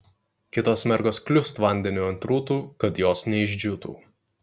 kitos mergos kliūst vandeniu ant rūtų kad jos neišdžiūtų